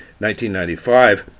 1995